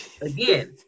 again